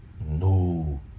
no